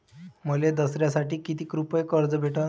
मले दसऱ्यासाठी कितीक रुपये कर्ज भेटन?